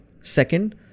Second